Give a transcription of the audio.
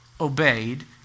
obeyed